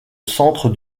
centre